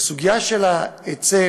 בסוגיה של ההיצף